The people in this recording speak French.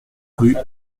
rue